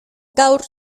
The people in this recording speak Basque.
gaur